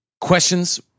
questions